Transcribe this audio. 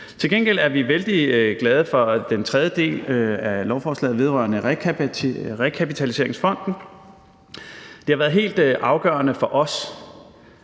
Til gengæld er vi vældig glade for den tredje del af lovforslaget vedrørende rekapitaliseringsfonden. Det har været helt afgørende for os,